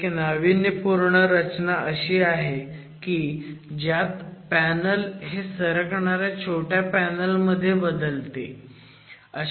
एक नाविन्यपूर्ण रचना अशी आहे की त्यात पॅनल हे सरकणाऱ्या छोट्या पॅनल मध्ये बदलते